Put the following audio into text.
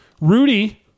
Rudy